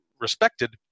respected